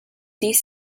these